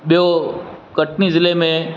ॿियो कटनी ज़िले में